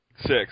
Six